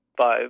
five